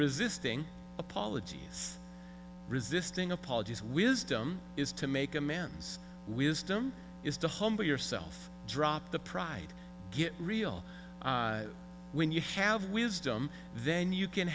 resisting apologies resisting apologies wisdom is to make a man's wisdom is to humble yourself drop the pride get real when you have wisdom then you can